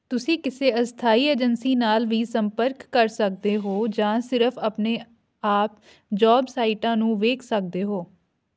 ਤੁਸੀਂ ਕਿਸੇ ਅਸਥਾਈ ਏਜੰਸੀ ਨਾਲ ਵੀ ਸੰਪਰਕ ਕਰ ਸਕਦੇ ਹੋ ਜਾਂ ਸਿਰਫ ਆਪਣੇ ਆਪ ਜੋਬ ਸਾਈਟਾਂ ਨੂੰ ਵੇਖ ਸਕਦੇ ਹੋ